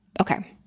Okay